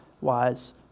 wise